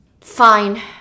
Fine